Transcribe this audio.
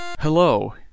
Hello